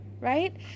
right